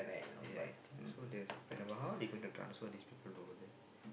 ya I think so there's a plan but how they are going to transfer these people over there